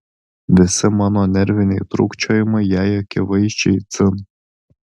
visi mano nerviniai trūkčiojimai jai akivaizdžiai dzin